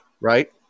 right